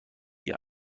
ihr